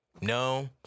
no